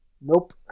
Nope